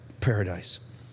Paradise